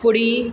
पूड़ी